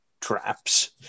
traps